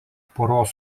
poros